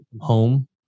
home